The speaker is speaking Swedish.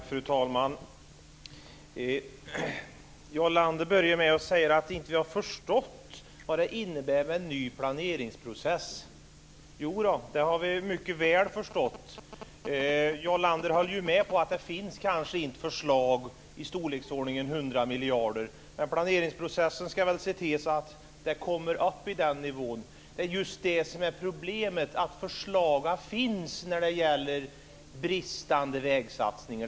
Fru talman! Jarl Lander började med att säga att vi inte har förstått vad en ny planeringsprocess innebär. Jodå, det har vi mycket väl förstått. Jarl Lander höll ju med om att det kanske inte finns förslag i storleksordningen 100 miljarder, men planeringsprocessen ska väl se till att de kommer upp i den nivån. Det är just det som är problemet. Förslagen finns för att åtgärda bristande vägsatsningar.